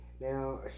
Now